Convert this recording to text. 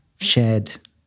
shared